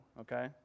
okay